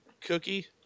cookie